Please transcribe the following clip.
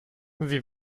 sie